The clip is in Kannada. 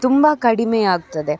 ತುಂಬ ಕಡಿಮೆಯಾಗ್ತದೆ